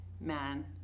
man